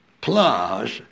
plus